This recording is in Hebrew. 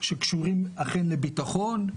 שקשורים אכן לביטחון,